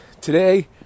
Today